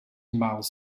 miles